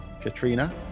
Katrina